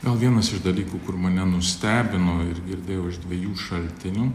gal vienas iš dalykų kur mane nustebino ir girdėjau iš dviejų šaltinių